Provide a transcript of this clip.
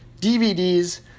DVDs